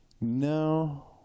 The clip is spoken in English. no